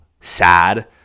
sad